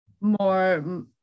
more